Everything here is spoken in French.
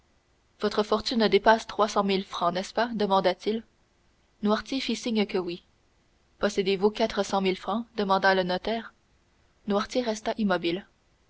votre fortune dépasse trois cent mille francs n'est-ce pas demanda-t-il noirtier fit signe que oui possédez-vous quatre cent mille francs demanda le notaire noirtier resta immobile